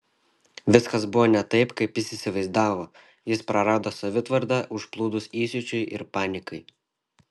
viskas buvo ne taip kaip jis įsivaizdavo jis prarado savitvardą užplūdus įsiūčiui ir panikai